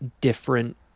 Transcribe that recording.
different